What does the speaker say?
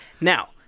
Now